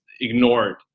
ignored